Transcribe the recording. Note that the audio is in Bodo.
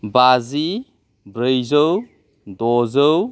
बाजि ब्रैजौ दजौ